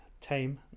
Tame